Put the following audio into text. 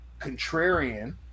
contrarian